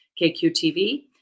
KQTV